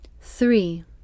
Three